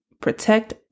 protect